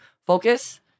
focus